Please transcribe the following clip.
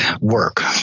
work